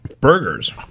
Burgers